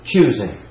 Choosing